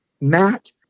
Matt